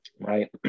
right